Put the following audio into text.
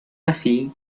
así